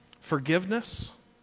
Forgiveness